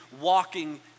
walking